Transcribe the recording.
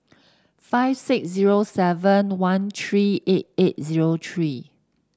five six zero seven one three eight eight zero three